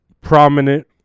prominent